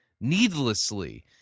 needlessly